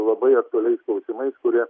labai aktualiais klausimais kurie